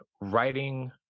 writing